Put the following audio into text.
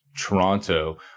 Toronto